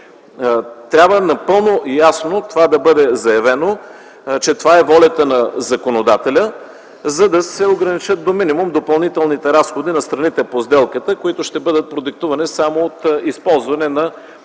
Трябва напълно ясно да бъде заявено, че това е волята на законодателя, за да се ограничат до минимум допълнителните разходи на страните по сделката, които ще бъдат продиктувани само от използване на